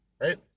right